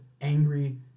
angry